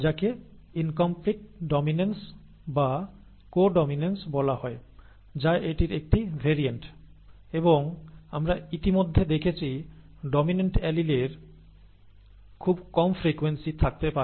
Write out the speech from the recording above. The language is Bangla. যাকে ইনকমপ্লিট ডমিনেন্স বা কো ডমিনেন্স বলা হয় যা এটির একটি ভেরিয়েন্ট এবং আমরা ইতিমধ্যে দেখেছি ডমিন্যান্ট অ্যালেলের খুব কম ফ্রিকোয়েন্সি থাকতে পারে